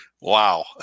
wow